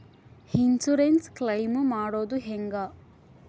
Insurance claim ಮಾಡೋದು ಹೆಂಗ?